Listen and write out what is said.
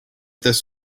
this